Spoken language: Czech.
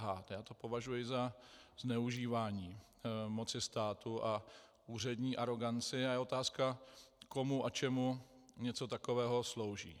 Já to považuji za zneužívání moci státu a úřední aroganci a je otázka, komu a čemu něco takového slouží.